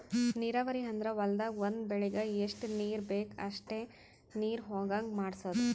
ನೀರಾವರಿ ಅಂದ್ರ ಹೊಲ್ದಾಗ್ ಒಂದ್ ಬೆಳಿಗ್ ಎಷ್ಟ್ ನೀರ್ ಬೇಕ್ ಅಷ್ಟೇ ನೀರ ಹೊಗಾಂಗ್ ಮಾಡ್ಸೋದು